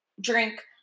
drink